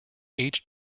each